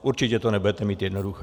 Určitě to nebudete mít jednoduché.